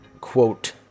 quote